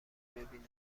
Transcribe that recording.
ببینم